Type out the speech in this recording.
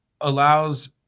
allows